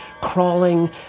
crawling